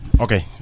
okay